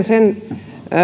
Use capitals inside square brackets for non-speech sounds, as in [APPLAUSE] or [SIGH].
[UNINTELLIGIBLE] sen